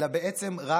אלא בעצם רק